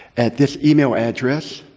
at this e-mail address,